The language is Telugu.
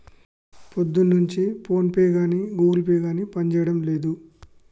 పొద్దున్నుంచి ఫోన్పే గానీ గుగుల్ పే గానీ పనిజేయడం లేదు